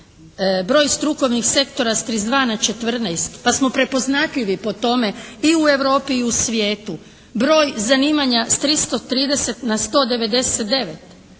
broj strukovnih sektora sa 32 na 14 pa smo prepoznatljivi po tome i u Europi i u svijetu, broj zanimanja s 330 na 199.